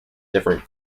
different